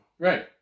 Right